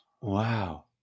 Wow